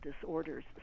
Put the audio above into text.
disorders